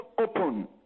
open